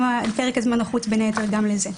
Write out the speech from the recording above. גם פרק הזמן נחוץ בין היתר גם לזה.